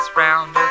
round